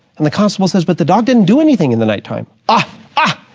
and the constable says, but the dog didn't do anything in the nighttime. ah ha,